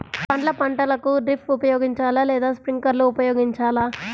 పండ్ల పంటలకు డ్రిప్ ఉపయోగించాలా లేదా స్ప్రింక్లర్ ఉపయోగించాలా?